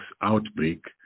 outbreak